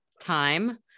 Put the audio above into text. time